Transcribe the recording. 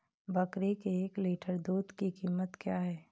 बकरी के एक लीटर दूध की कीमत क्या है?